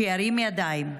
שירים ידיים.